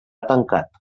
tancat